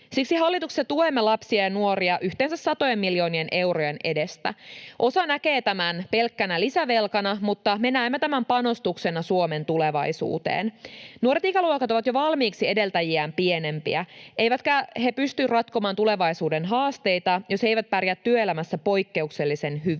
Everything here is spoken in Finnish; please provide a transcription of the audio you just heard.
Siksi hallituksessa tuemme lapsia ja nuoria yhteensä satojen miljoonien eurojen edestä. Osa näkee tämän pelkkänä lisävelkana, mutta me näemme tämän panostuksena Suomen tulevaisuuteen. Nuoret ikäluokat ovat jo valmiiksi edeltäjiään pienempiä, eivätkä he pysty ratkomaan tulevaisuuden haasteita, jos he eivät pärjää työelämässä poikkeuksellisen hyvin.